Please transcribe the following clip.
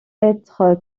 être